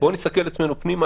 בואו נסתכל לעצמנו פנימה,